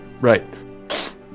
right